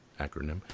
acronym